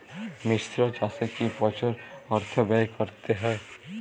মিশ্র চাষে কি প্রচুর অর্থ ব্যয় করতে হয়?